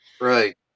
Right